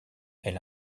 elle